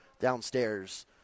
Downstairs